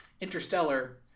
Interstellar